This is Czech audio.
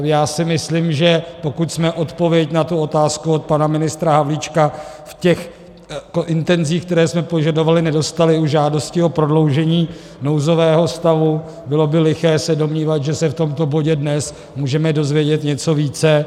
Já si myslím, že pokud jsme odpověď na tu otázku od pana ministra Havlíčka v těch intencích, které jsme požadovali, nedostali u žádosti o prodloužení nouzového stavu, bylo by liché se domnívat, že se v tomto bodě dnes můžeme dozvědět něco více.